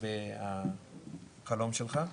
לגבי החלום שלך,